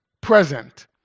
present